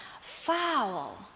Foul